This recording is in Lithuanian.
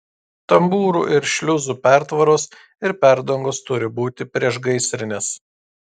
tambūrų ir šliuzų pertvaros ir perdangos turi būti priešgaisrinės